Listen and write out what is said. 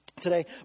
today